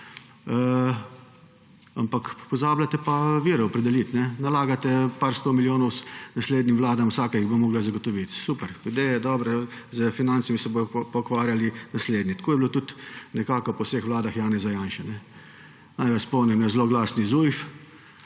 Ampak pozabljate pa vire opredeliti. Nalagate nekaj 100 milijonov naslednjim vladam, vsaka jih bo morala zagotoviti. Super, ideje so dobre, s financami se bodo pa ukvarjali naslednji. Tako je bilo tudi po vseh vladah Janeza Janše. Naj vas spomnim na zloglasni Zujf,